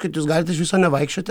kad jūs galit iš viso nevaikščioti